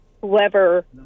whoever